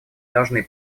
должны